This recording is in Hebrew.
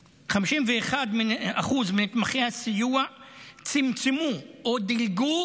51% מנתמכי הסיוע צמצמו או דילגו